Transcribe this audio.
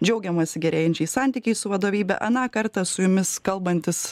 džiaugiamasi gerėjančiais santykiais su vadovybe aną kartą su jumis kalbantis